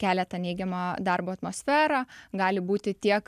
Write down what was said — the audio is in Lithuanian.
kelia tą neigiamą darbo atmosferą gali būti tiek